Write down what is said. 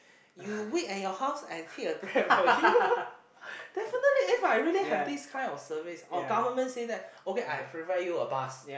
you wait at your house I take a Grab for you definitely If I really have this kind of service or government say that okay I provide you a bus